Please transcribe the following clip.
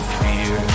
fear